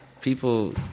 people